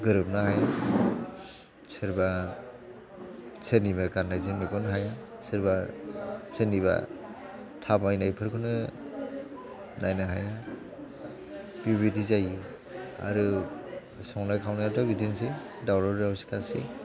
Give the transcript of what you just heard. गोरोबनो हाया सोरबा सोरनिबा गाननाय जोमनायखौनो हाया सोरबा सोरनिबा थाबायनायफोरखोनो नायनो हाया बेबादि जायो आरो संनाय खावनायाथ' बिदिनोसै दावराव दावसिखासै